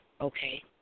okay